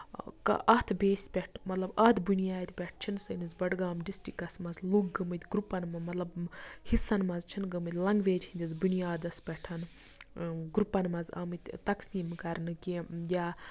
اَتھ بیسہِ پٮ۪ٹھ مطلب اَتھ بُنیادِ پٮ۪ٹھ چھُنہٕ سٲنِس بڈگام ڈِسٹرکَس منٛز لُکھ گٔمٕتۍ گرُپَن منٛز مطلب حِصن منٛز چھِنہٕ گٔمٕتۍ لینگویج ہِندِس بُنیادَس پٮ۪ٹھ گرُپَن منٛز آمٕتۍ نَقسیٖم کرنہٕ کیٚنہہ یا